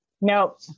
Nope